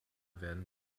werden